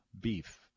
beef